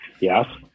yes